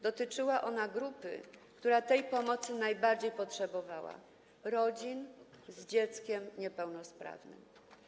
Dotyczyła ona grupy, która tej pomocy najbardziej potrzebowała, rodzin z dzieckiem niepełnosprawnym.